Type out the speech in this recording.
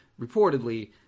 reportedly